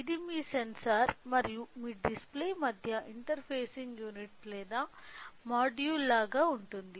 ఇది మీ సెన్సార్ మరియు మీ డిస్ప్లే మధ్య ఇంటర్ఫేసింగ్ యూనిట్ లేదా మాడ్యూల్ లాగా ఉంటుంది